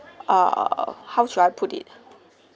err how should I put it